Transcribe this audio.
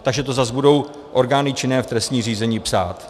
Takže to zas budou orgány činné v trestním řízení psát.